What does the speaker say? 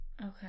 Okay